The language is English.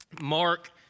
Mark